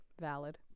valid